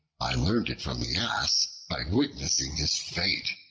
i learned it from the ass, by witnessing his fate.